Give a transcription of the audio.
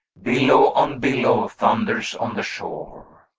billow on billow thunders on the shore.